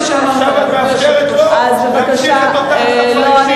עכשיו את מאפשרת לו להמשיך את אותה התקפה אישית.